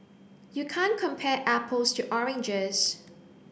you can't compare apples to oranges